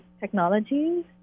technologies